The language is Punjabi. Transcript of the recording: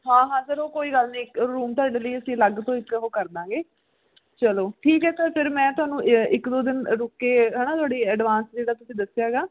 ਹਾਂ ਹਾਂ ਸਰ ਉਹ ਕੋਈ ਗੱਲ ਨਹੀਂ ਇੱਕ ਰੂਮ ਤੁਹਾਡੇ ਲਈ ਅਸੀਂ ਅਲੱਗ ਤੋਂ ਇੱਕ ਉਹ ਕਰ ਦਾਂਗੇ ਚਲੋ ਠੀਕ ਹੈ ਸਰ ਫਿਰ ਮੈਂ ਤੁਹਾਨੂੰ ਇੱਕ ਦੋ ਦਿਨ ਰੁਕ ਕੇ ਹੈ ਨਾ ਤੁਹਾਡੀ ਅਡਵਾਂਸ ਜਿੱਦਾਂ ਤੁਸੀਂ ਦੱਸਿਆ ਹੈਗਾ